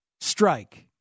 strike